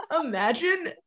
imagine